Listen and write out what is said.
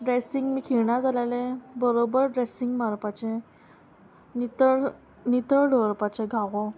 dressing बी खिणा जालेलें बरोबर ड्रेसींग मारपाचें नितळ नितळ दवरपाचें घावो